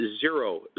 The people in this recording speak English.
zero